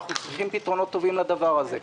אנחנו צריכים פתרונות טובים לדבר הזה.